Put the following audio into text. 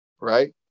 right